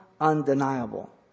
undeniable